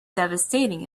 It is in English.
devastating